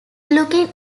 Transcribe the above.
looking